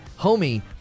homie